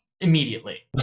immediately